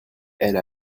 elle